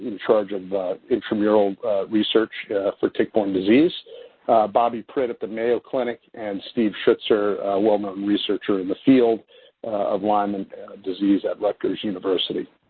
charge of intermural research for tick-borne disease bobbi pritt of the mayo clinic and steve schutzer, well known researcher in the field of lyme and disease at rutgers university.